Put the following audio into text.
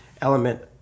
element